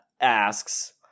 asks